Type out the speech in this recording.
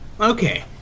Okay